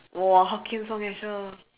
!woah! hokkien songs eh shir